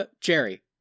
Jerry